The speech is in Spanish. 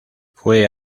fue